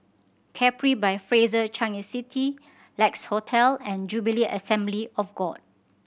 Capri by Fraser Changi City Lex Hotel and Jubilee Assembly of God